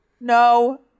no